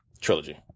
trilogy